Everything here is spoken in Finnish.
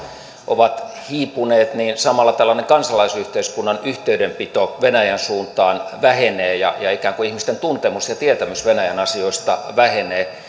ovat hiipuneet niin samalla tällainen kansalaisyhteiskunnan yhteydenpito venäjän suuntaan vähenee ja ikään kuin ihmisten tuntemus ja tietämys venäjän asioista vähenee